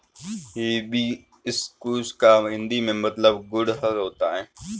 hibiscus का हिंदी में मतलब गुड़हल होता है